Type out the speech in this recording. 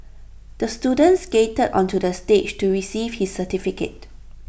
the student skated onto the stage to receive his certificate